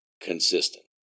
consistent